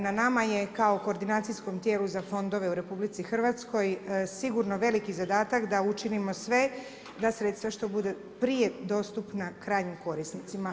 Na nama je kao koordinacijskom tijelu za fondove u RH sigurno veliki zadatak da učinimo sve da sredstva što budu prije dostupna krajnjim korisnicima.